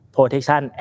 Protection